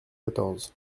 quatorze